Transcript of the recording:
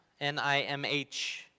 NIMH